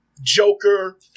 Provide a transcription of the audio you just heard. Joker